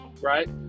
right